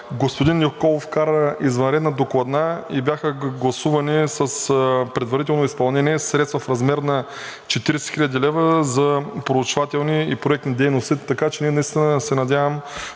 Господин Николов вкара извънредна докладна и бяха гласувани с предварително изпълнение средства в размер 40 хил. лв. за проучвателни и проектни дейности. Така че ние, наистина се надявам,